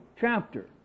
chapter